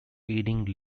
aiding